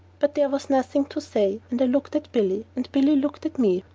but there was nothing to say, and i looked at billy, and billy looked at me.